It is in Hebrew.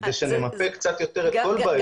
כדי שנמפה קצת יותר את כל בעיות הסביבה ונדרג אותן.